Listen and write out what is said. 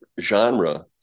genre